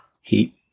Heat